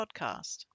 podcast